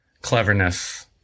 cleverness